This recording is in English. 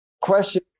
question